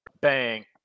bang